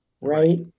Right